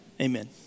amen